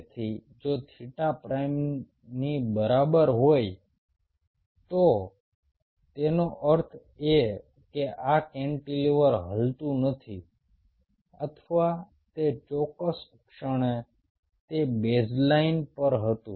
તેથી જો થીટા પ્રાઇમની બરાબર હોય તો તેનો અર્થ એ કે આ કેન્ટિલીવર હલતું નથી અથવા તે ચોક્કસ ક્ષણે તે બેઝલાઇન પર હતું